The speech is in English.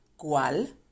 ¿Cuál